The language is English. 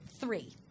three